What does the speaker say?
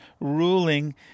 ruling